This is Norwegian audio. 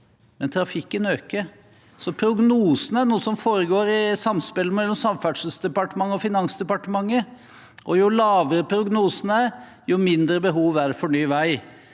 men trafikken øker. Så prognosene er noe som foregår i samspill mellom Samferdselsdepartementet og Finansdepartementet, og jo lavere prognosene er, jo mindre behov er det for ny vei.